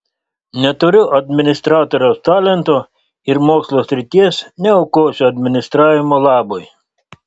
neturiu administratoriaus talento ir mokslo srities neaukosiu administravimo labui